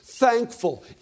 Thankful